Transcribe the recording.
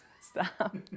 Stop